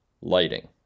Lighting